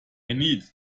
need